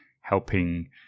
helping